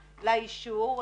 לאישור,